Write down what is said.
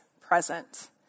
present